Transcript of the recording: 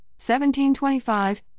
17-25